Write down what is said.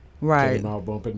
Right